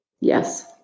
Yes